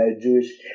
Jewish